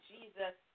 Jesus